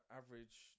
average